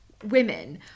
Women